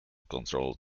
control